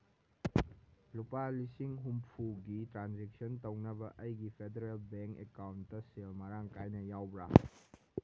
ꯂꯨꯄꯥ ꯂꯤꯁꯤꯡ ꯍꯨꯝꯐꯨꯒꯤ ꯇ꯭ꯔꯥꯟꯖꯦꯛꯁꯟ ꯇꯧꯅꯕ ꯑꯩꯒꯤ ꯐꯦꯗꯔꯦꯜ ꯕꯦꯡ ꯑꯦꯀꯥꯎꯟꯇ ꯁꯦꯜ ꯃꯔꯥꯡ ꯀꯥꯏꯅ ꯌꯥꯎꯕ꯭ꯔꯥ